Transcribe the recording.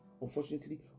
Unfortunately